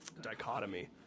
dichotomy